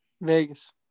Vegas